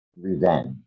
revenge